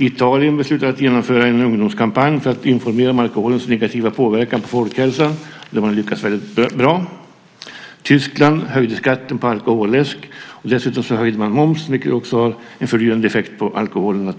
Italien beslutade att genomföra en ungdomskampanj för att informera om alkoholens negativa påverkan på folkhälsan. De har lyckats väldigt bra. Tyskland höjde skatten på alkoläsk, och dessutom höjde man momsen, vilket naturligtvis också har en fördyrande effekt på alkohol.